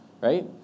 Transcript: right